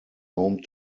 home